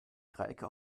dreiecke